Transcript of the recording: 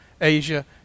Asia